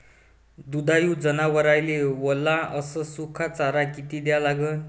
दुधाळू जनावराइले वला अस सुका चारा किती द्या लागन?